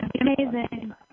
amazing